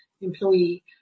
employee